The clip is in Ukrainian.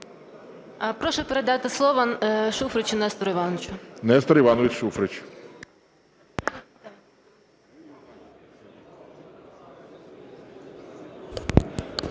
Прощу передати слово Шуфричу Нестору Івановичу.